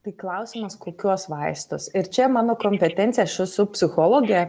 tai klausimas kokiuos vaistus ir čia mano kompetencija aš esu psichologė